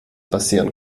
passieren